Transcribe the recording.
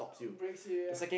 breaks yeah